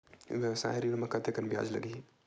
व्यवसाय ऋण म कतेकन ब्याज लगही?